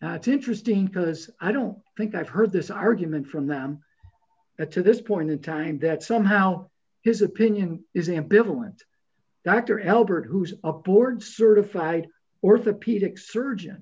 that's interesting because i don't think i've heard this argument from them to this point in time that somehow his opinion is ambivalent dr elbert who's a board certified orthopedic surgeon